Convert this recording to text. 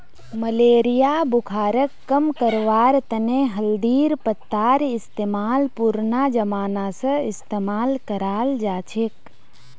malaria बुखारक कम करवार तने हल्दीर पत्तार इस्तेमाल पुरना जमाना स इस्तेमाल कराल जाछेक